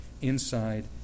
inside